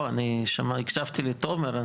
אני הקשבתי לתומר,